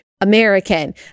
American